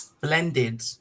blended